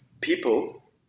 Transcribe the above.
people